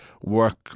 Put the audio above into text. work